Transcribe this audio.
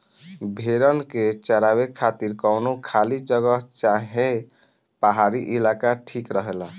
भेड़न के चरावे खातिर कवनो खाली जगह चाहे पहाड़ी इलाका ठीक रहेला